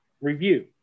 review